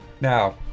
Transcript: Now